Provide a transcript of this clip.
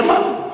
שמענו.